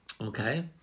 Okay